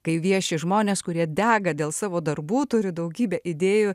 kai vieši žmonės kurie dega dėl savo darbų turi daugybę idėjų